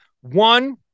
One